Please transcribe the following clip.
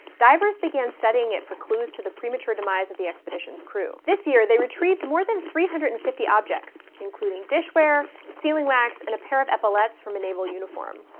divers began studying it for clues to the premature demise of the expeditions' crew. this year, they retrieved more than three hundred and fifty objects including dishware, sealing wax, and a pair of epaulets from a naval uniform.